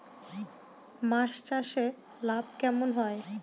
মাছ চাষে লাভ কেমন হয়?